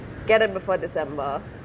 get it before december